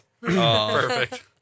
Perfect